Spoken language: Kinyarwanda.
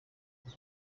leta